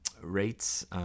rates